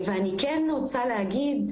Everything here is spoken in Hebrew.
אני כן רוצה להגיד,